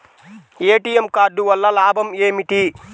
ATM card వల్ల లాభం ఏమిటి?